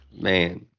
man